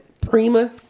Prima